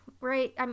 right